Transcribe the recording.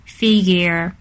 figure